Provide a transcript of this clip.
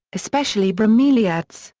especially bromeliads,